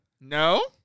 No